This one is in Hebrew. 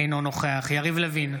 אינו נוכח יריב לוין,